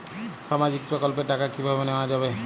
সামাজিক প্রকল্পের টাকা কিভাবে নেওয়া যাবে?